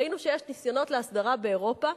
ראינו שיש ניסיונות להסדרה באירופה.